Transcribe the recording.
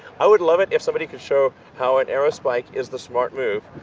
i would love it if somebody could show how an aerospike is the smart move,